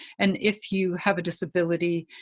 and if you have a disability,